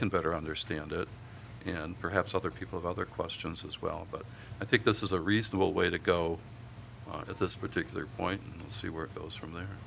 can better understand it and perhaps other people of other questions as well but i think this is a reasonable way to go at this particular point see where it goes from there